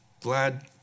glad